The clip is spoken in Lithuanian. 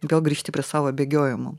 vėl grįžti prie savo bėgiojimo